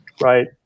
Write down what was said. Right